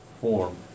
form